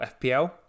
fpl